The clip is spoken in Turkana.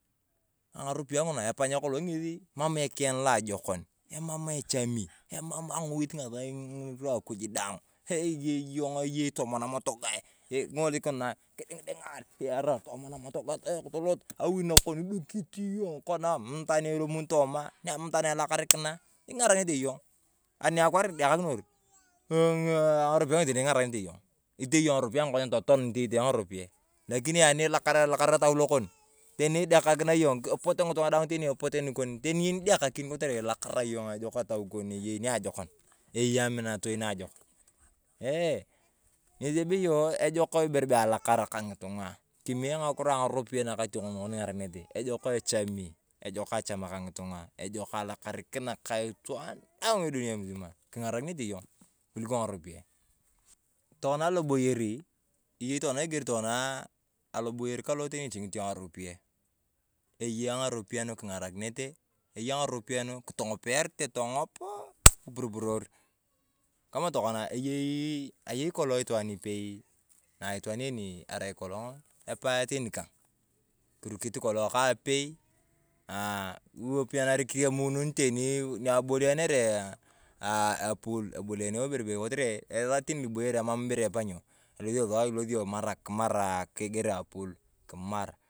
Ng’aropiyae ng’una epany kolong ng’asi emam teni ekien loajokon. Emam echami, emam ang’oit ng’asaa ng’irwa akuj daang. Eyei yong eyei tomii namotogae, king’olik kidingding ng’arae tomii namotogaa toloto awi nakon idukit yong konaa, emam itwaan elomuni tomaa, emam itwaan elakarikinae, nyikang’akinete yong. Akwaar na edekakinor, eeh ng'aropiyae ng'esi king’arakinete yong. Itee yong ng'aropiyae ang’akonyen totaan ntii itee ng'aropiyae ang'akonyen, totaan ntii itee ng'aropiyae ang’akonyen. Lakinia elakara etau lokon, teni nyidekakin kotere ilakaar yong ejok etan kon eyei niajokon, eyei aminatoi niajokon. Eeh ng'esi ebeyo ejok ibere bee alakara kaa ng'itung'a kimee ng’akiro ang’aropiyae nyiking’arakinete. Ejou echami, ejok achamaa kang’itung’a, ejok alakarikinaa kaa itwaan daang msimaa king'arakinete yong kulikoo ng'aropiyae. Tokona aloboyeri eyei tokona aloboyar kalo teni iting’it yong ng'aropiyae, eyaa ng'aropiyae naking’arakinetee, eyaa ng'aropiyae na kitong’opiyarete tong’opoo kiborboror. Kamaa tokona eyei kolong itwaan ipei, na itwaan een arai kolong apae teni kang. Kirukit kolong kapei aah kiremun teni niabolianare aah apul esaa teni lo eboyere amam teni ibere epanyo elosio sua kimaraa kigir apul kimaar.